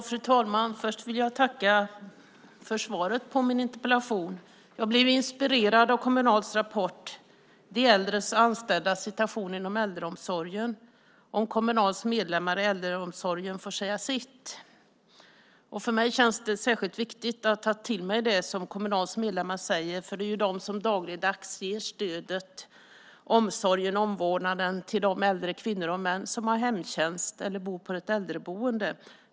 Fru talman! Först vill jag tacka för svaret på min interpellation. Jag blev inspirerad av Kommunals rapport De äldres och anställdas situation inom äldreomsorgen - Om Kommunals medlemmar i äldreomsorgen får säga sitt . För mig känns det särskilt viktigt att ta till mig det som Kommunals medlemmar säger. Det är ju de som dagligdags ger stödet, omsorgen och omvårdnaden till de äldre kvinnor och män som har hemtjänst eller som bor på ett äldreboende.